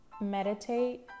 Meditate